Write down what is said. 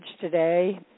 today